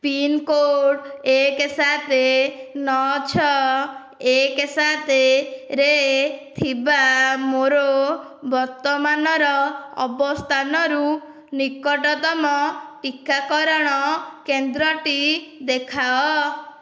pincode ଏକ ସାତ ନଅ ଛଅ ଏକ ସାତରେ ଥିବା ମୋ'ର ବର୍ତ୍ତମାନର ଅବସ୍ଥାନରୁ ନିକଟତମ ଟିକାକରଣ କେନ୍ଦ୍ରଟି ଦେଖାଅ